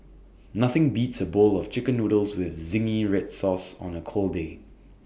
nothing beats A bowl of Chicken Noodles with Zingy Red Sauce on A cold day